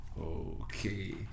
Okay